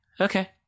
okay